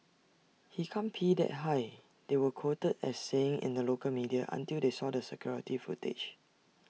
he can't pee that high they were quoted as saying in the local media until they saw the security footage